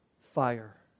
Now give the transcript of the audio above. fire